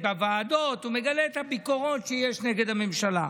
ובוועדות את הביקורות שיש לו נגד הממשלה.